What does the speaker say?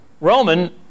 Roman